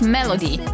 Melody